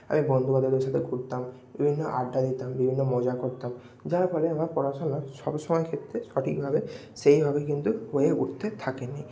আমি বন্ধু বান্ধবদের সাথে ঘুরতাম বিভিন্ন আড্ডা দিতাম বিভিন্ন মজা করতাম যার পরে আমার পড়াশোনার সব সময়ের ক্ষেত্রে সঠিকভাবে সেইভাবে কিন্তু হয়ে উঠতে থাকেনি